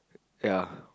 ya